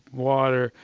water,